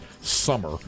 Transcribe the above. summer